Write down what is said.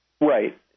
Right